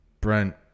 Brent